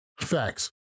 Facts